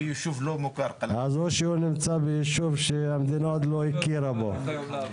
אז או שהוא נמצא ביישוב שהמדינה עוד לא הכירה אותו.